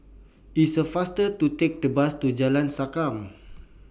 IT IS faster to Take The Bus to Jalan Sankam